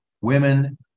Women